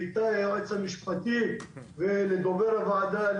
לאיתי היועץ המשפטי ולליאור דובר הוועדה.